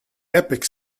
epic